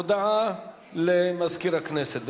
הודעה לסגן מזכירת הכנסת.